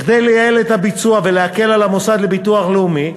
כדי לייעל את הביצוע ולהקל על המוסד לביטוח לאומי,